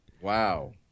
Wow